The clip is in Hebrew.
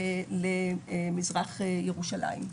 ולמזרח ירושלים.